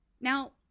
Now